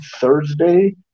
Thursday